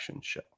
show